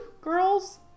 girls